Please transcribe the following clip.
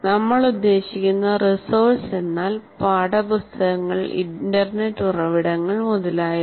നമ്മൾ ഉദ്ദേശിക്കുന്ന റിസോഴ്സ്സ് എന്നാൽ പാഠപുസ്തകങ്ങൾ ഇന്റർനെറ്റ് ഉറവിടങ്ങൾ മുതലായവ